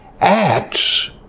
acts